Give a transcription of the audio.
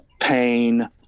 pain